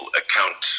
account